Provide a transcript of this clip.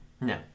No